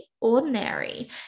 ordinary